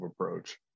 approach